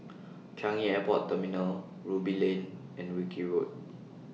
Changi Airport Terminal Ruby Lane and Wilkie Road